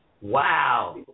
Wow